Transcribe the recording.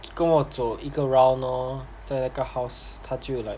跟我走一个 round lor 在那个 house 他就 like